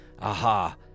Aha